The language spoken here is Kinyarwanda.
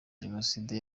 jenoside